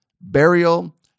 burial